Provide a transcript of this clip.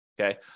okay